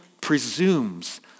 presumes